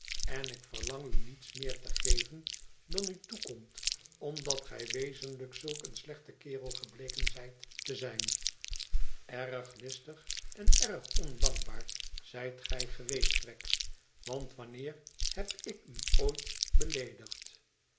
en ik verlang u niets meer te geven dan u toekomt omdat gij wezenlijk zulk een slechte kerel gebleken zijt te zijn erg listig en erg ondankbaar zijt gij geweest wegg want wanneer heb ik u ooit beleedigd